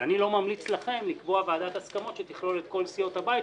אבל אני לא ממליץ לכם לקבוע ועדת הסכמות שתכלול את כל סיעות הבית,